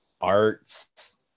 arts